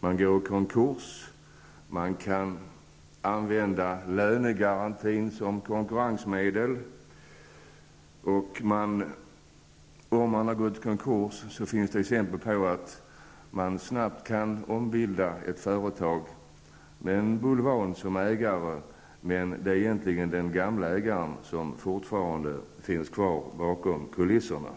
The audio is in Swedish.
Man kan använda lönegarantin som ett konkurrensmedel. Det finns vidare exempel på att den som gått i konkurs snabbt kunnat ombilda företaget med en bulvan som ägare. Den gamle ägaren finns då alltså kvar bakom kulisserna.